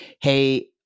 Hey